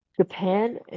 Japan